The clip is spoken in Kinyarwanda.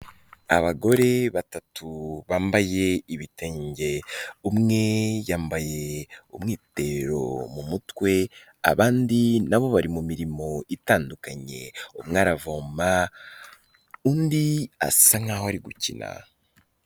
Abagore batatu bambaye ibitenge, umwe yambaye umwitero mu mutwe, abandi nabo bari mu mirimo itandukanye, umwe aravoma undi asa nkaho ari gukina.